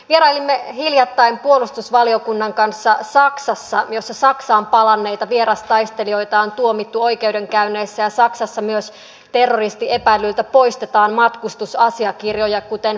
vierailimme hiljattain puolustusvaliokunnan kanssa saksassa jossa saksaan palanneita vierastaistelijoita on tuomittu oikeudenkäynneissä ja saksassa terroristiepäillyiltä myös poistetaan matkustusasiakirjoja kuten passeja